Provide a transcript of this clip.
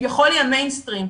שכביכול היא המיין-סטרים,